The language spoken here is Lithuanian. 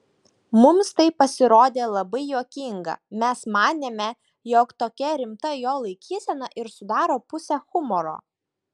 mums tai pasirodė labai juokinga mes manėme jog tokia rimta jo laikysena ir sudaro pusę humoro